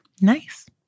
Nice